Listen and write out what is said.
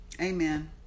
Amen